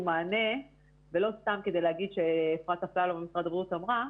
מענה ולא סתם כדי להגיד שאפרת אפללו ממשרד הבריאות אמרה,